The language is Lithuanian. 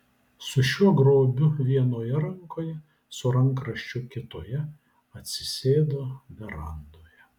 su šiuo grobiu vienoje rankoje su rankraščiu kitoje atsisėdo verandoje